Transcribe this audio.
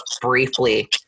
briefly